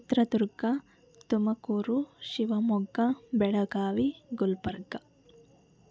Chitradurga Tumakuru Shivamogga Belagavi Gulbarga